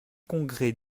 congrès